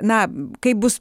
na kaip bus